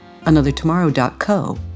anothertomorrow.co